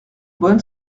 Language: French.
bonne